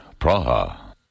Praha